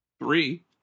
three